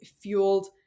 fueled